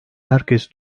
herkes